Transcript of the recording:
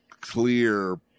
clear